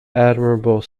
admirable